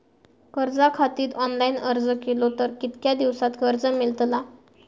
कर्जा खातीत ऑनलाईन अर्ज केलो तर कितक्या दिवसात कर्ज मेलतला?